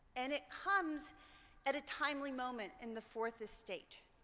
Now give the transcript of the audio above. and it comes at a timely moment in the fourth estate,